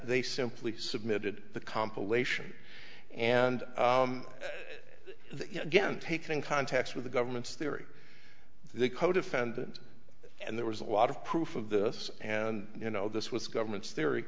they simply submitted the compilation and yet again taken in context with the government's theory the codefendant and there was a lot of proof of this and you know this was government's theory